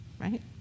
right